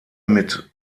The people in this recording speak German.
mit